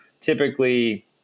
typically